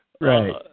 right